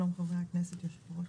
שלום, חברי הכנסת והיושב ראש.